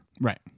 Right